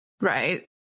right